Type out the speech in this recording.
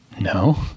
No